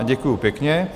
Děkuji pěkně.